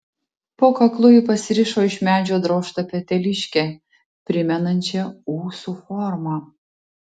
po kaklu ji pasirišo iš medžio drožtą peteliškę primenančią ūsų formą